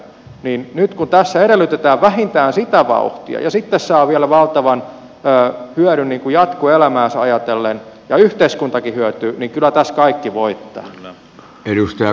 nyt kun tässä edellytetään vähintään sitä vauhtia ja sitten saa vielä valtavan hyödyn jatkoelämäänsä ajatellen ja yhteiskuntakin hyötyy niin kyllä tässä kaikki voittavat